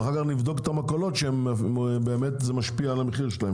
ואחר כך נבדוק את המכולות ונראה שזה באמת משפיע על המחיר שלהן,